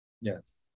Yes